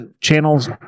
channel's